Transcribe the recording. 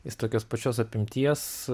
jis tokios pačios apimties